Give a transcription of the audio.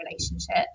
relationship